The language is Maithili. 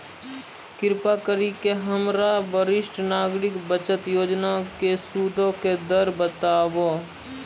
कृपा करि के हमरा वरिष्ठ नागरिक बचत योजना के सूदो के दर बताबो